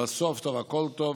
אבל סוף טוב הכול טוב,